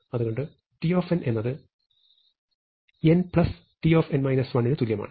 അതുകൊണ്ട് t എന്നത് n t നു തുല്യമാണ്